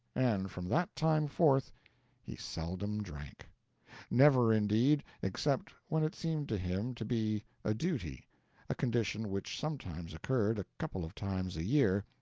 and from that time forth he seldom drank never, indeed, except when it seemed to him to be a duty a condition which sometimes occurred a couple of times a year,